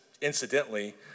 incidentally